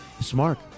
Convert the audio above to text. Smart